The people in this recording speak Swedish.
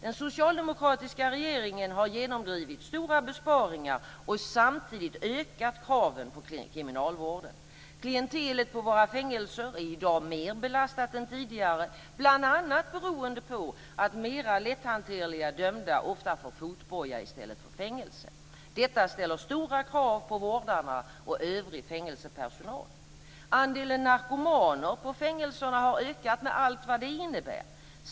Den socialdemokratiska regeringen har genomdrivit stora besparingar och samtidigt ökat kraven på kriminalvården. Klientelet på våra fängelser är i dag mer belastat än tidigare bl.a. beroende på att mera lätthanterliga dömda ofta får fotboja i stället för fängelse. Detta ställer stora krav på vårdarna och övrig fängelsepersonal. Andelen narkomaner på fängelserna har ökat med allt vad det innebär.